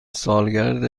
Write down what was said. سالگرد